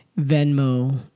venmo